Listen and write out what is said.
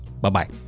bye-bye